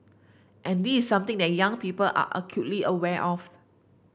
and this something that young people are acutely aware of